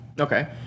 Okay